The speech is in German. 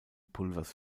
pulvers